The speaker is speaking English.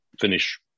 finish